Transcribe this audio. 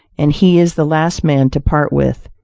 and he is the last man to part with,